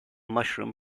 mushroom